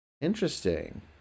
Interesting